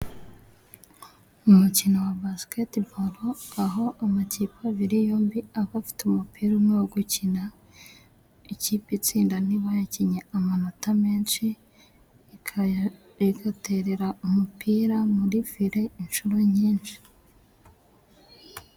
Umukino wa Basiketiboro, aho amakipe abiri yombi aba afite umupira umwe wo gukina, ikipe itsinda ni iba yakinnye amanota menshi, igaterera umupira muri fire inshuro nyinshi.